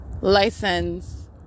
License